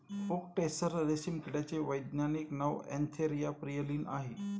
okay tasar रेशीम किड्याचे वैज्ञानिक नाव अँथेरिया प्रियलीन आहे